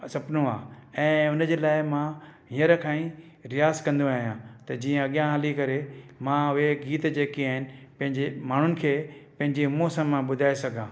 सपनो आहे ऐं हुनजे लाइ मां हींअर खां ई रियाज़ कंदो आहियां त जीअं अॻियां हली करे मां उहे गीत जेके आहिनि पंहिंजे माण्हुनि खे पंहिंजे मुंह से मां ॿुधाए सघां